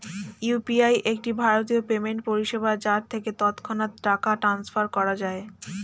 UPI একটি ভারতীয় payment পরিষেবা যার থেকে তৎক্ষণাৎ টাকা ট্রান্সফার করা যায়